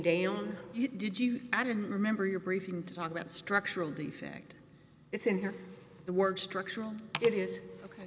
down you did you i don't remember your briefing to talk about structural defect it's in here the work structural it is ok